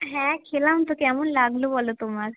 হ্যাঁ খেলাম তো কেমন লাগলো বলো তোমার